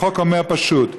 החוק אומר פשוט: